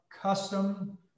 custom